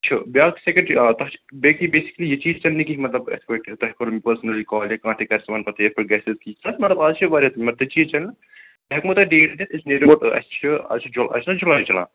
چھُ بِیٛاکھ سیکریٹری آ تَتھ چھِ بیٚیہِ بِیسکِلی یہِ چیٖز چَلہِ نہٕ کِہیٖنٛۍ مَطلَب یِتھٕ پٲٹھۍ تۅہہِ کوٚروٕ مےٚ پٕرسٕنلِی کال یا کانٛہہ تہِ کرِ سون پتہٕ ییٚتھۍ پٮ۪ٹھ گَژِھ چھِنا مَطلَب اَز چھِ واریاہ تہِ چیٖز چَلہِ نہٕ مےٚ ہیٚکہو تۅہہِ ڈیٖل دِتھ اِسلیے دِمو اَسہِ چھُ جُعمہ اَسہِ چھُنا جُمعہ أزۍ چَلان